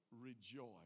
rejoice